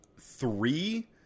three